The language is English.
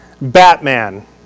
Batman